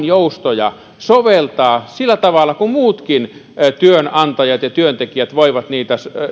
joustoja soveltaa sillä tavalla kuin muutkin työnantajat ja työntekijät voivat niitä